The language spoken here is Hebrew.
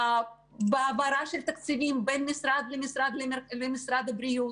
בהעברה של תקציבים בין משרד למשרד ולמשרד הבריאות.